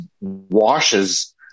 washes